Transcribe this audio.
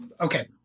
okay